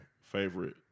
favorite